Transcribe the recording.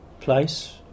place